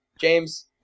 James